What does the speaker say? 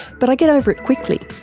but i get over it quickly.